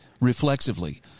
reflexively